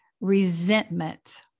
resentment